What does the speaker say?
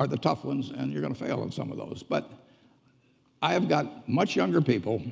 are the tough ones, and you're gonna fail in some of those. but i have got much younger people,